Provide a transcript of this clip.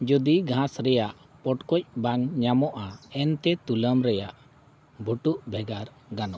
ᱡᱩᱫᱤ ᱜᱷᱟᱥ ᱨᱮᱭᱟᱜ ᱯᱳᱴᱠᱚᱡ ᱵᱟᱝ ᱧᱟᱢᱚᱜᱼᱟ ᱮᱱᱛᱮᱫ ᱛᱩᱞᱟᱹᱢ ᱨᱮᱭᱟᱜ ᱵᱷᱩᱴᱩᱜ ᱵᱷᱮᱜᱟᱨ ᱜᱟᱱᱚᱜᱼᱟ